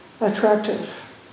attractive